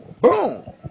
Boom